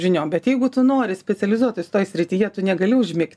žiniom bet jeigu tu nori specializuotis toj srityje tu negali užmigt